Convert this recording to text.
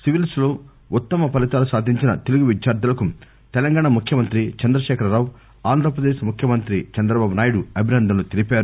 సివిల్స్లో ఉత్తమ ఫలితాలు సాధించిన తెలుగు విద్యార్దులకు తెలంగాణ ముఖ్యమంత్రి చంద్రశేఖర రావు ఆంధ్ర ప్రదేశ్ ముఖ్యమంత్రి చంద్రబాబు నాయుడు అభినందనలు తెలిపారు